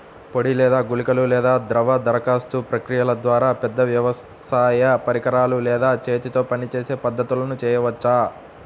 పొడి లేదా గుళికల లేదా ద్రవ దరఖాస్తు ప్రక్రియల ద్వారా, పెద్ద వ్యవసాయ పరికరాలు లేదా చేతితో పనిచేసే పద్ధతులను చేయవచ్చా?